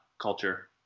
culture